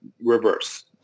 Reverse